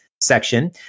section